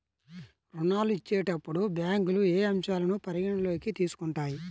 ఋణాలు ఇచ్చేటప్పుడు బ్యాంకులు ఏ అంశాలను పరిగణలోకి తీసుకుంటాయి?